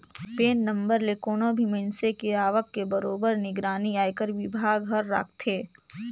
PAN number ले कोनो भी मइनसे के आवक के बरोबर निगरानी आयकर विभाग हर राखथे